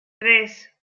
tres